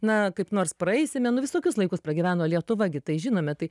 na kaip nors praeisime nu visokius laikus pragyveno lietuva gi tai žinome tai